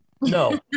No